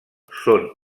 són